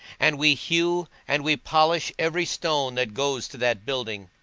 and we hew and we polish every stone that goes to that building